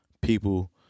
people